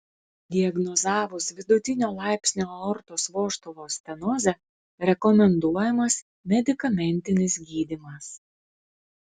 diagnozavus vidutinio laipsnio aortos vožtuvo stenozę rekomenduojamas medikamentinis gydymas